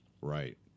Right